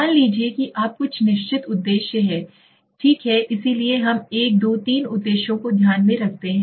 मान लीजिए कि आप कुछ निश्चित उद्देश्य हैं ठीक है इसलिए हम 123 उद्देश्यों को ध्यान में रखते हैं